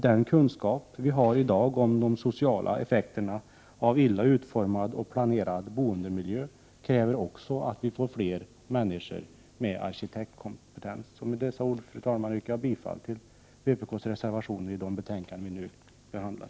Den kunskap vi i dag har om de sociala effekterna av illa utformad och planerad boendemiljö har lärt oss att det krävs fler personer med arkitektkompetens. Med dessa ord, fru talman, yrkar jag bifall till vpk:s reservationer till de betänkanden vi nu behandlar.